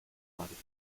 parques